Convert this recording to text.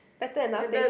better than nothing